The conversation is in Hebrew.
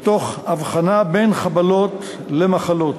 ותוך הבחנה בין חבלות למחלות.